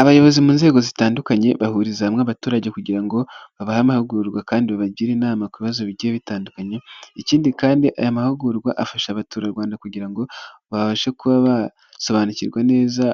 Abayobozi mu nzego zitandukanye bahuriza hamwe abaturage kugira ngo babahe amahugurwa kandi babagire inama ku bibazo bigiye bitandukanye, ikindi kandi aya mahugurwa afasha abaturarwanda kugira ngo babashe kuba basobanukirwa neza